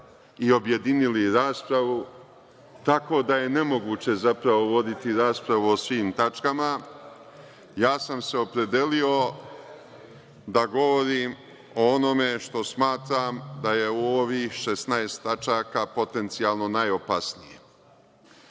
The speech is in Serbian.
i objedinili raspravu tako da je nemoguće zapravo voditi raspravu o svim tačkama, opredelio sam se da govorim o onome što smatram da je u ovih 16 tačaka potencijalno najopasnije.